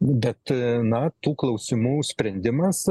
bet na tų klausimų sprendimas